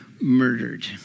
murdered